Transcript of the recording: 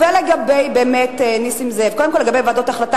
ולגבי נסים זאב,